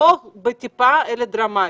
לא מעט אלא דרמטית.